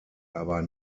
aber